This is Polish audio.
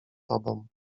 tobą